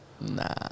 Nah